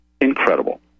Incredible